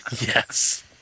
Yes